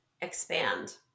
expand